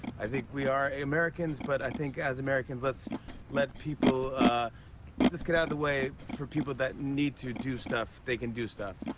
i think we are americans, but i think, as americans, let's let people let's get out of the way for people that need to do stuff, they can do stuff.